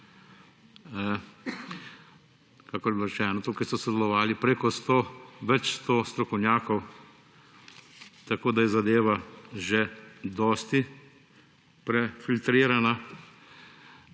Kakor je bilo rečeno, tukaj je sodelovalo več 100 strokovnjakov, tako da je zadeva že dosti prefiltrirana.